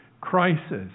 crisis